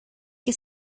que